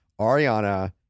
ariana